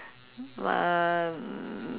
um